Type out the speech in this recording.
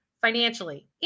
financially